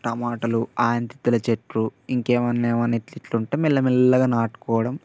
టమాటలు ఆనపత్తిల చెట్లు ఇంకేమన్నా ఏమన్నా ఇట్లట్ల ఉంటే మెల్లమెల్లగా నాటుకోవడం